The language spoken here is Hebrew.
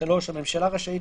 (3)הממשלה רשאית,